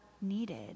needed